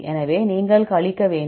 எனவே நீங்கள் கழிக்க வேண்டும்